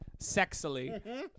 sexily